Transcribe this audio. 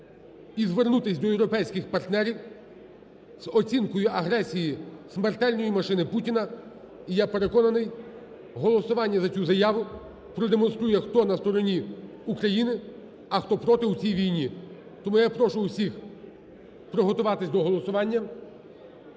і звернутись до європейських партнерів з оцінкою агресії смертельної машини Путіна. І, я переконаний, голосування за цю заяву продемонструє, хто на стороні України, а хто проти у цій війні. Тому я прошу усіх приготуватись до голосування.